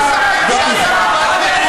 אנא בטובך.